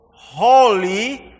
holy